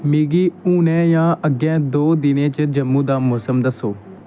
मिगी हुनै जां अग्गें द'ऊं दिनें च जम्मू दा मौसम दस्सो